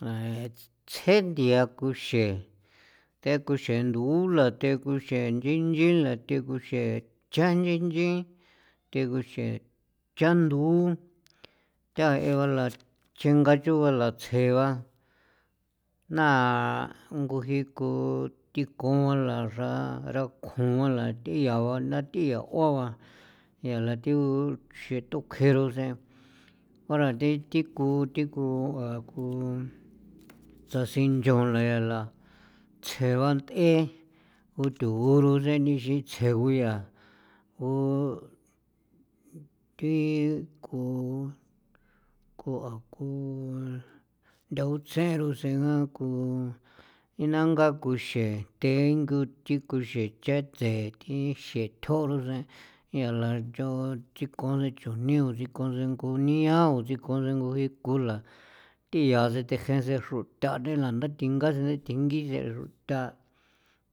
A tsje nthia kuxee te kuxee ndula te kuxee nchinchinla the kuxee cha nchinchin the nguxe chandu'u thaila chinga chuu ba la tsjee ba naa ngu jii ku thi kon la xrara kjuanla thia yaa ba thiau ba yala thi ngu nchjetukjeron sen ora thi thi ku thi ku ku tasincho enla tsje ba th'e nguthuguro sa nixen tsje ngu yaa ku thi ku thi ku nthaoen tsjeen rusen ku inangaa kuxee tengo thikuxe chetse thixe tjon rusen gu thi ngu xecha see thi cha xethjao ro sen yala chao thi ngu chujnii sikon sen ngunian sikon sen ngula thi yaa sen te jee sen xruta thinla thinga sen thengi sen rutha